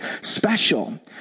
special